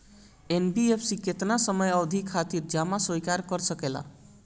NBFC केतना समयावधि खातिर जमा स्वीकार कर सकला?